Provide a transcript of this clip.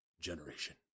generation